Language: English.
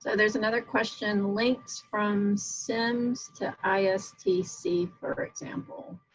so there's another question links from sims to istc for example.